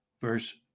verse